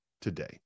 today